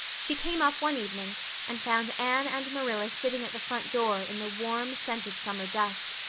she came up one evening and found anne and marilla sitting at the front door in the warm, scented summer dusk.